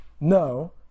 no